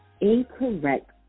incorrect